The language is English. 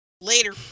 Later